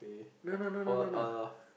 no no no no